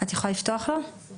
האם אתה תסיר את כל